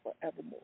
forevermore